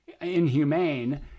inhumane